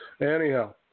Anyhow